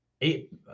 Eight